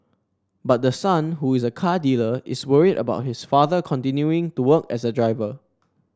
but the son who is a car dealer is worried about his father continuing to work as a driver